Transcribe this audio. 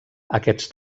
aquests